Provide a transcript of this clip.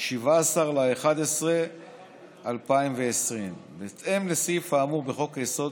17 בנובמבר 2020. בהתאם לסעיף האמור בחוק-היסוד,